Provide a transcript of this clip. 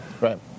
Right